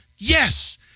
Yes